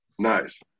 Nice